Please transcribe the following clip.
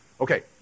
Okay